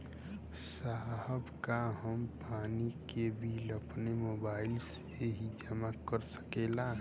साहब का हम पानी के बिल अपने मोबाइल से ही जमा कर सकेला?